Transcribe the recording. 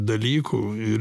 dalykų ir